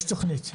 יש תכנית.